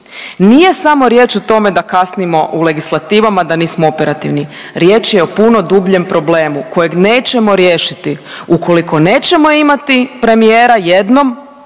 Nije samo riječ o tome da kasnimo u legislativama, da nismo operativni. Riječ je o puno dubljem problemu kojeg nećemo riješiti ukoliko nećemo imati premijera, jednom